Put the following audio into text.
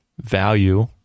value